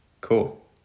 cool